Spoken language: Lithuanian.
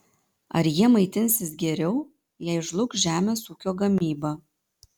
ar jie maitinsis geriau jei žlugs žemės ūkio gamyba